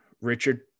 Richard